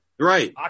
Right